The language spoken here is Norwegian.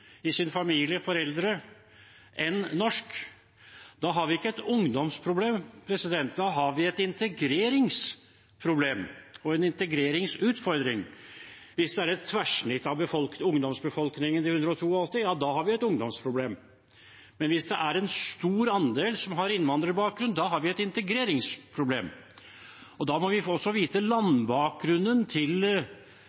i sin familie enn norsk, da har vi ikke et ungdomsproblem. Da har vi et integreringsproblem og en integreringsutfordring. Hvis de 182 er et tverrsnitt av ungdomsbefolkningen, ja da har vi et ungdomsproblem, men hvis det er en stor andel med innvandrerbakgrunn, har vi et integreringsproblem. Derfor må vi også få vite